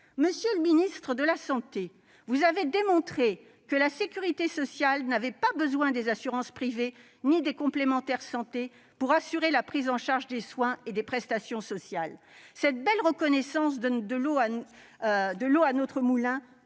solidarités et de la santé, vous avez démontré que la sécurité sociale n'avait pas besoin des assurances privées ni des complémentaires santé pour assurer la prise en charge des soins et des prestations sociales. Ce bel aveu apporte de l'eau à notre moulin